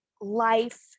life